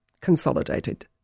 Consolidated